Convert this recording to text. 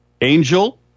Angel